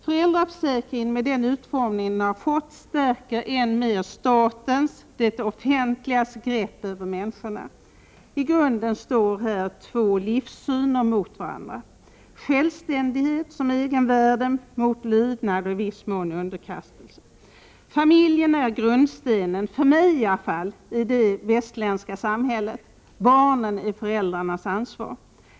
Föräldraförsäkringen med den utformning den har fått stärker än mer statens, det offentligas, grepp över människorna. I grunden står här två livssyner mot varandra: självständighet som egenvärde mot lydnad och i viss mån underkastelse. Familjen är grundstenen för mig, i alla fall i det västerländska samhället. Barnen är föräldrarnas ansvar.